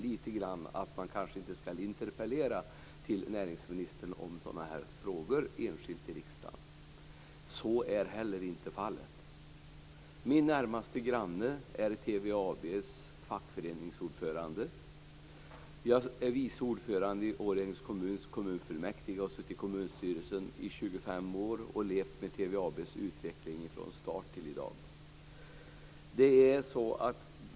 Det är lite som att man inte skall interpellera till näringsministern om sådana här frågor enskilt i riksdagen. Så är inte heller fallet. Min närmaste granne är TVAB:s fackföreningsordförande. Jag är vice ordförande i Årjängs kommuns kommunfullmäktige och har suttit i kommunstyrelsen i 25 år och levt med TVAB:s utveckling från start till i dag.